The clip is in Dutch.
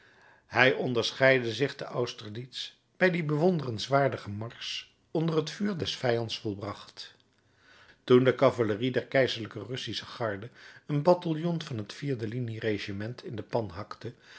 hij onderscheidde zich te austerlitz bij dien bewonderenswaardigen marsch onder het vuur des vijands volbracht toen de cavalerie der keizerlijke russische garde een bataljon van het vierde linieregiment in de